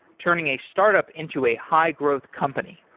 turning a startup into a high-growth company.